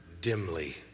dimly